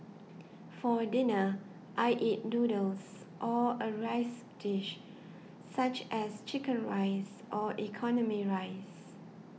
for dinner I eat noodles or a rice dish such as Chicken Rice or economy rice